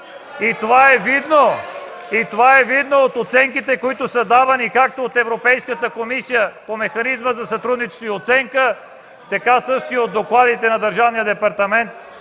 Това е видно от оценките, които са давани както от Европейската комисия по механизма за сътрудничество и оценка, така също и от докладите на Държавния департамент